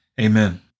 Amen